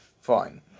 fine